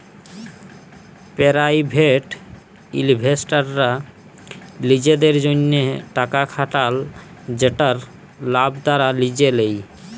private ইলভেস্টাররা লিজেদের জ্যনহে টাকা খাটাল যেটর লাভ তারা লিজে লেই